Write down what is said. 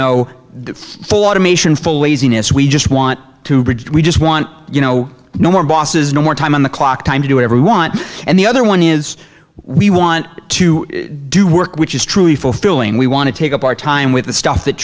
laziness we just want to bridge we just want you know no more bosses no more time on the clock time to do every want and the other one is we want to do work which is truly fulfilling we want to take up our time with the stuff that